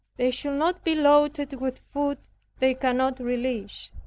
they should not be loaded with food they cannot relish.